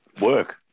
work